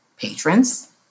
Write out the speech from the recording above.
patrons